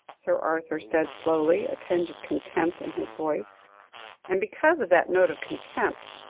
sir arthur said slowly, a tinge of contempt in his voice and because of that note of contempt,